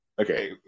Okay